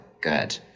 good